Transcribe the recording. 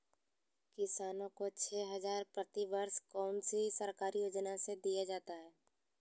किसानों को छे हज़ार प्रति वर्ष कौन सी सरकारी योजना से दिया जाता है?